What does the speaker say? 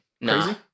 No